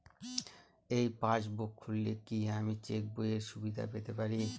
এই পাসবুক খুললে কি আমি চেকবইয়ের সুবিধা পেতে পারি?